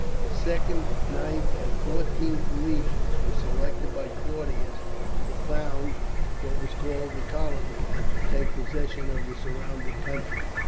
the second, ninth, and fourteenth legions were selected by claudius to found what was called the colony, and to take possession of the surrounding country.